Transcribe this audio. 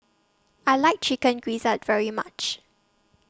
I like Chicken Gizzard very much